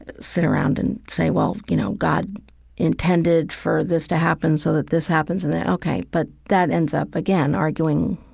sit around and say, well, you know, god intended for this to happen so that this happens and that. ok. but that ends up, again, arguing